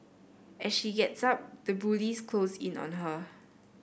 as she gets up the bullies close in on her